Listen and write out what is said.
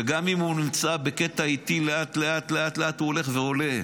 וגם אם הוא איטי, לאט לאט לאט הוא הולך ועולה,